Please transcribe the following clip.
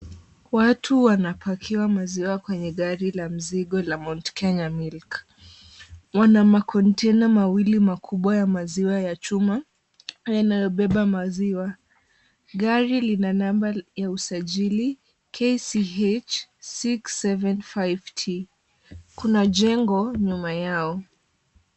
Watu wanapakiwa maziwa kwenye gari la mzigo la Mount Kenya Milk. Wana makontena mawili makubwa ya maziwa ya chuma, yanayobeba maziwa. Gari lina namba ya usajili KCH 675T. Kuna jengo nyuma yao.